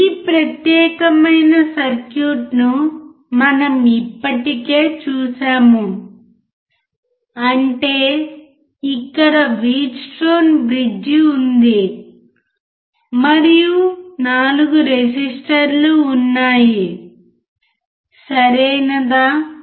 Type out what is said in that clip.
ఈ ప్రత్యేకమైన సర్క్యూట్ను మనము ఇప్పటికే చూశాము అంటే ఇక్కడ వీట్స్టోన్ బ్రిడ్జ్ ఉంది మరియు 4 రెసిస్టర్లు ఉన్నాయి సరియైనదా